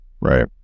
Right